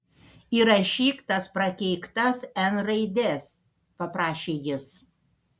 įrašyk tas prakeiktas n raides paprašė jis